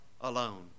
alone